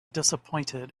disappointed